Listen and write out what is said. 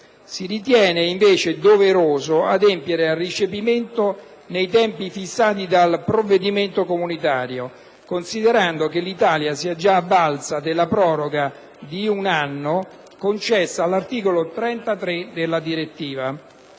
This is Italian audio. Si ritiene invece doveroso adempiere al recepimento nei tempi fissati dal provvedimento comunitario, considerando che l'Italia si è già avvalsa della proroga di un anno concessa all'articolo 33 della direttiva.